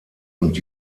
und